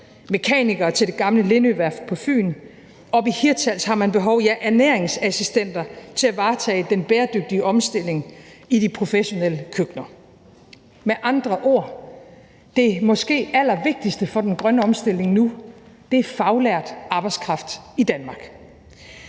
mekanikere til det gamle Lindø Værft på Fyn, og oppe i Hirtshals har man behov for ernæringsassistenter til at varetage den bæredygtige omstilling i de professionelle køkkener. Med andre ord er det måske allervigtigste for den grønne omstilling nu faglært arbejdskraft i Danmark.